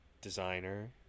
designer